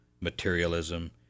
materialism